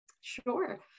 Sure